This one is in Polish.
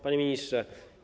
Panie Ministrze!